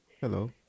Hello